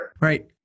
Right